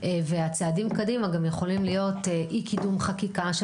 והצעדים קדימה גם יכולים להיות אי קידום חקיקה של